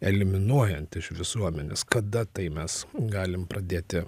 eliminuojant iš visuomenės kada tai mes galim pradėti